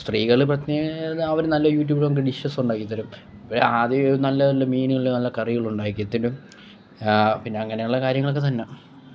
സ്ത്രീകള് പ്രത്യേക അവര് നല്ല യു ട്യൂബില് നോക്കി ഡിഷസ് ഉണ്ടാക്കി തരും ആദ്യം നല്ല നല്ല മീനുകളില് നല്ല കറികൾ ഉണ്ടാക്കി തരും പിന്നെ അങ്ങനെ ഒക്കെ ഉള്ള കാര്യങ്ങളൊക്കെ തന്നെ